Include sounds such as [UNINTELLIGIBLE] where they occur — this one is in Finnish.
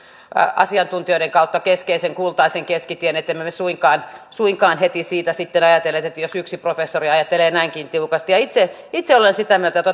asiantuntijoiden kautta sellaisen kultaisen keskitien ettemme me suinkaan suinkaan heti sitä sitten ajatelleet jos yksi professori ajattelee näinkin tiukasti itse itse olen sitä mieltä että [UNINTELLIGIBLE]